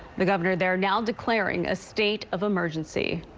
the governor there now declaring a state of emergency.